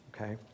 Okay